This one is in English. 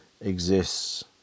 exists